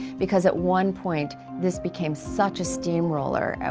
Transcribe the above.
because at one point this became such a steamroller.